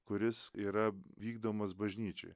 kuris yra vykdomas bažnyčioje